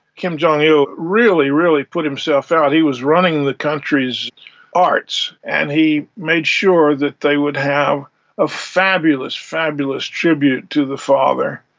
kim jong-il really, really put himself out. he was running the country's arts and he made sure that they would have a fabulous, fabulous tribute to the father.